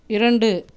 இரண்டு